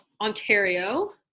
Ontario